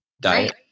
Diet